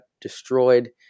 destroyed